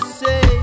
say